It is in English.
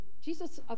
Jesus